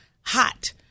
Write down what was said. hot